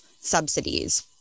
subsidies